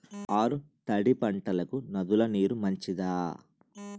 ఆరు తడి పంటలకు నదుల నీరు మంచిదా?